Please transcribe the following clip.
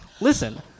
listen